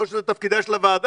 לא שזה תפקידה של הוועדה,